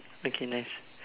okay nice